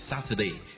Saturday